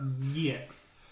Yes